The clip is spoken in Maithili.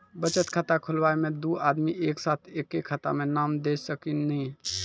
बचत खाता खुलाए मे दू आदमी एक साथ एके खाता मे नाम दे सकी नी?